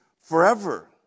forever